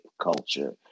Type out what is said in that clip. culture